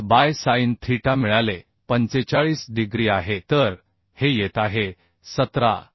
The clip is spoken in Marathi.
5 बाय sin थीटा मिळाले 45 डिग्री आहे तर हे येत आहे 17